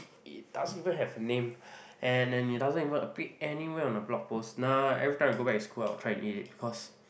it doesn't even have a name and and it doesn't even appear anywhere on a blog post now every time I go back in school I will try to eat it because